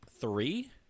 Three